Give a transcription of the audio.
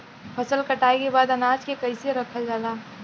फसल कटाई के बाद अनाज के कईसे रखल जाला?